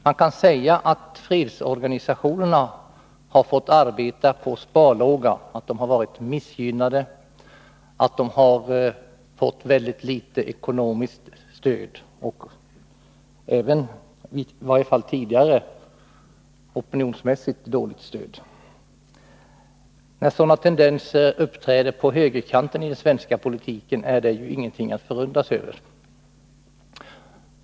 Man kan säga att fredsorganisationerna har fått arbeta på sparlåga, de har varit missgynnade och har fått mycket litet ekonomiskt stöd. De har även, i varje fall tidigare, opinionsmässigt fått dåligt stöd. När sådana tendenser uppträder på högerkanten i den svenska politiken är det ingenting att förundra sig över.